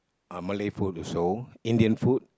uh Malay food also Indian food